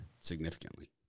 significantly